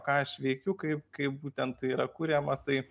ką aš veikiu kaip kaip būtent yra kuriama tai